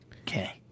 Okay